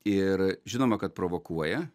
ir žinoma kad provokuoja